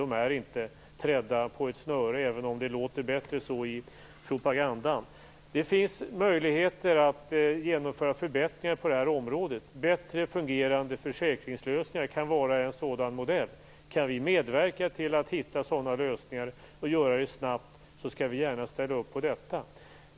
De är inte trädda på ett snöre, även om det låter så i propagandan. Det finns möjligheter att genomföra förbättringar på det här området. Bättre fungerande försäkringslösningar kan vara en sådan modell. Kan vi medverka till att hitta sådana lösningar och göra det snabbt skall vi gärna ställa upp på detta.